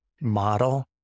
model